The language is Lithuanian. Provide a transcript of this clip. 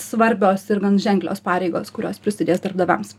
svarbios ir gan ženklios pareigos kurios prisidės darbdaviams